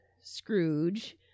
Scrooge